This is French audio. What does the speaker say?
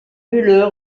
müller